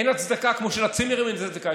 אין הצדקה, כמו שעם הצימרים אין הצדקה.